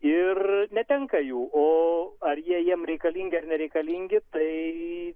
ir netenka jų o ar jie jiem reikalingi ar nereikalingi tai